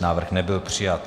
Návrh nebyl přijat.